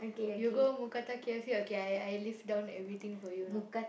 you go mookata K_F_C okay I I list down everything for you now